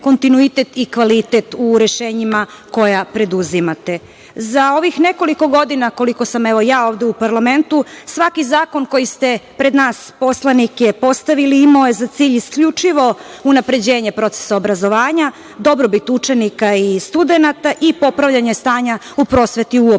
kontinuitet i kvalitet u rešenjima koja preduzimate.Za ovih nekoliko godina, koliko sam ja ovde u parlamentu, svaki zakon koji ste pred nas poslanike postavili imao je za cilj isključivo unapređenje procesa obrazovanja, dobrobit učenika i studenata i popravljanje stanja u prosveti uopšteno,